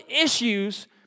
issues